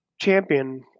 champion